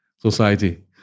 society